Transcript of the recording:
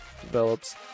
develops